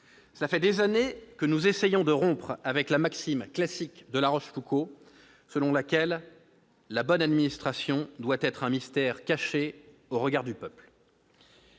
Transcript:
Cela fait des années que nous essayons de rompre avec la maxime classique de La Rochefoucauld selon laquelle la bonne administration « doit être un mystère caché aux regards du peuple